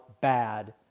bad